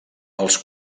els